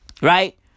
right